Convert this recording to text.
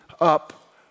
up